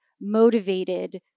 motivated